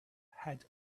had